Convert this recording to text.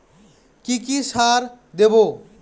কি কি সার দেবো?